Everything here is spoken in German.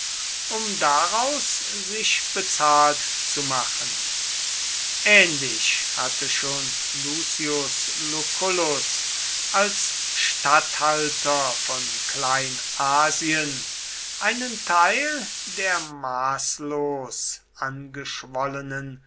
um daraus sich bezahlt zu machen ähnlich hatte schon lucius lucullus als statthalter von kleinasien einen teil der maßlos angeschwollenen